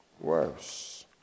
worse